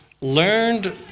learned